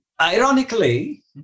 Ironically